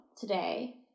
today